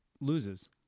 loses